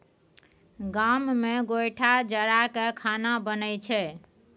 गाम मे गोयठा जरा कय खाना बनइ छै